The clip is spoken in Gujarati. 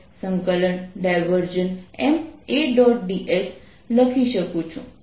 ds લખી શકું છું